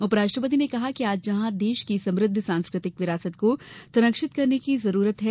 उपराष्ट्रपति ने कहा कि आज जहां देश की समुद्ध सांस्कृतिक विरासत को संरक्षित करने की जरूरत है